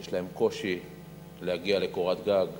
שיש להם קושי להגיע לקורת גג.